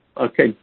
Okay